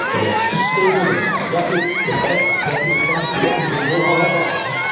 the most stable, the most productive, the best executive function, yup, we can bring all that back now,